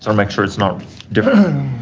so make sure it's not different.